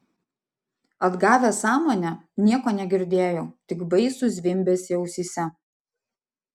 atgavęs sąmonę nieko negirdėjau tik baisų zvimbesį ausyse